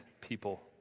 people